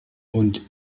und